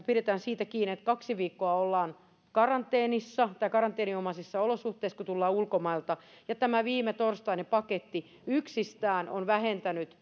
pidetään siitä kiinni että kaksi viikkoa ollaan karanteenissa tai karanteeninomaisissa olosuhteissa kun tullaan ulkomailta ja tämä viimetorstainen paketti yksistään on vähentänyt